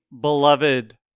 beloved